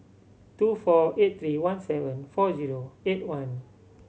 two four eight three one seven four zero eight one